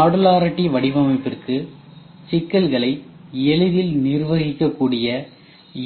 modularity வடிவமைப்பிற்கு சிக்கல்களை எளிதில் நிர்வகிக்கக் கூடிய